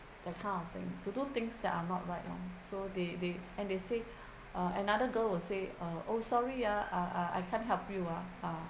that kind of thing to do things that are not right lor so they they and they said another girl was said oh sorry ah I I can't help you ah ah